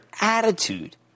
attitude